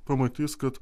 pamatys kad